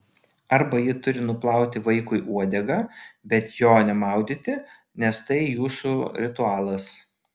arba ji turi nuplauti vaikui uodegą bet jo nemaudyti nes tai jūsų ritualas